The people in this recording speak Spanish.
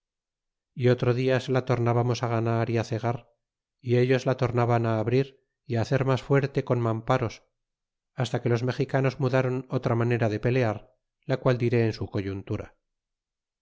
é otro dia se la tornábamos á ganar y á cegar y ellos la tornará abrir é hacer mas fuerte con mamparos hasta que los mexicanos rnudáron otra manera de pelear la qual diré en su coyuntura